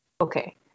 Okay